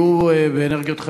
יהיו באנרגיות חלופיות: